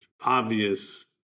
obvious